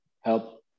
help